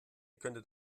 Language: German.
könntet